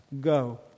Go